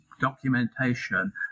documentation